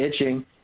itching